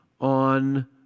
on